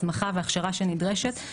הסמכה והכשרה שנדרשת.